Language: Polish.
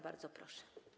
Bardzo proszę.